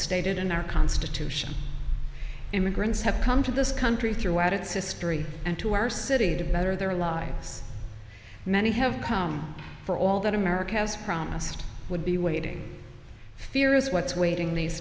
stated in our constitution immigrants have come to this country throughout its history and to our city to better their lives many have come for all that america has promised would be waiting fear is what's waiting these